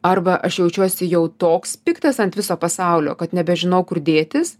arba aš jaučiuosi jau toks piktas ant viso pasaulio kad nebežinau kur dėtis